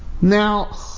Now